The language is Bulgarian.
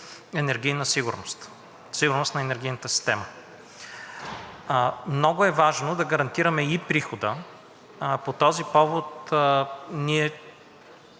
приход във Фонда за сигурност на енергийната система. Много е важно да гарантираме и прихода. По този повод ние